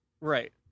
right